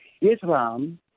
Islam